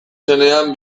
zenean